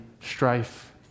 strife